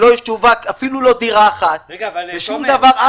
שלא תשווק אפילו לא דירה אחת ושום דבר,